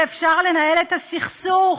שאפשר לנהל את הסכסוך.